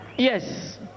Yes